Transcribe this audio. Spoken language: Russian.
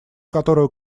которую